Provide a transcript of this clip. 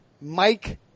Mike